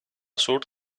sur